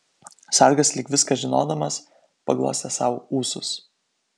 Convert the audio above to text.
sargas lyg viską žinodamas paglostė sau ūsus